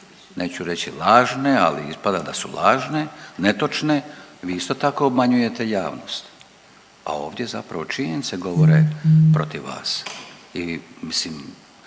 neću reći lažne, ali ispada da su lažne, netočne vi isto tako obmanjujete javnost. A ovdje zapravo činjenice govore protiv vas